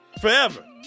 Forever